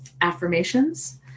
affirmations